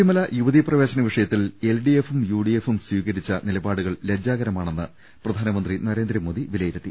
ശബരിമല യുവതീപ്രവേശന വിഷയത്തിൽ L D എഫും യു ഡി എഫും സ്വീകരിച്ച നിലപാടുകൾ ലജ്ജാകരമാണെന്ന് പ്രധാനമന്ത്രി നരേന്ദ്ര മോദി വിലയിരുത്തി